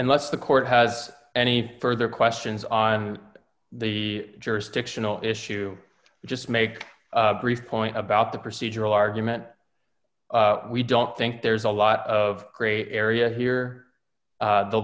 unless the court has any further questions on the jurisdictional issue just make brief point about the procedural argument we don't think there's a lot of great area here